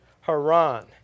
Haran